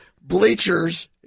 bleachers